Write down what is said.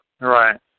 Right